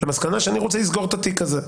למסקנה שאני רוצה לסגור את התיק הזה.